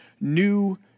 new